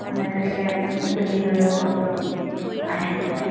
মানে তেনেকৈ মানে চিনেৰী লৈ যাব পাৰিব আপুনি আহিলে মানে